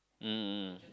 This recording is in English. um um